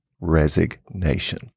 resignation